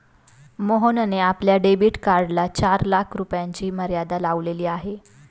मोहनने आपल्या डेबिट कार्डला चार लाख रुपयांची मर्यादा लावलेली आहे